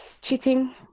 cheating